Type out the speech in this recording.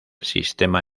sistema